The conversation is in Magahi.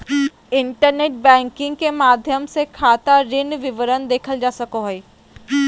इंटरनेट बैंकिंग के माध्यम से खाता ऋण विवरण देखल जा सको हइ